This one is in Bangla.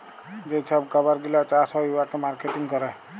যে ছব খাবার গিলা চাষ হ্যয় উয়াকে মার্কেটিং ক্যরে